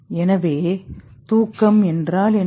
எனவே தூக்கம் என்றால் என்ன